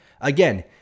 Again